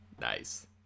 Nice